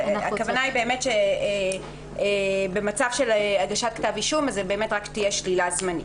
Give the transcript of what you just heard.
הכוונה היא שבמצב של הגשת כתב אישום תהיה שלילה זמנית.